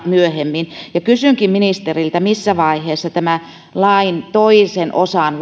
myöhemmin kysynkin ministeriltä missä vaiheessa tämän lain toisen osan